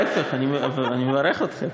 להפך, אני מברך אתכם.